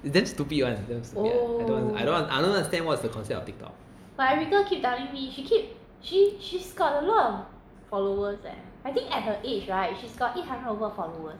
it's stupid [one] damn stupid [one] I don't want I don't understand what's the concept of Tiktok